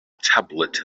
tablet